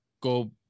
go